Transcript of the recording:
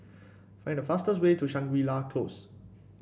find the fastest way to Shangri La Close